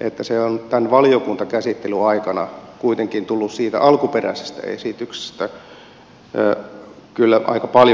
että se on tämän valiokuntakäsittelyn aikana kuitenkin tullut siitä alkuperäisestä esityksestä kyllä aika paljonkin vastaan